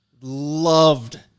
loved